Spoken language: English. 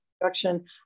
production